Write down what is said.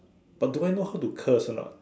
but do I know how to curse or not